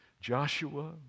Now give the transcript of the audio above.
Joshua